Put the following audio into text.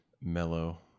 mellow